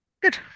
good